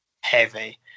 heavy